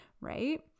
right